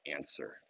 answer